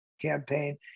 campaign